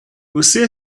você